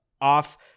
off